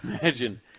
imagine